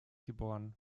geboren